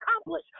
accomplish